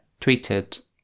tweeted